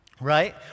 right